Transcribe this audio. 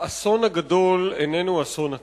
האסון הגדול הוא איננו אסון הטבע.